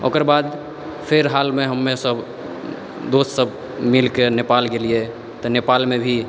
ओकर बादमे फेर हालमे हम सब दोस सब सऽ मिलके नेपाल गेलियै नेपालमे भी